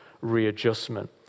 readjustment